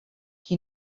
qui